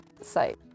site